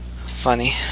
Funny